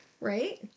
Right